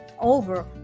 over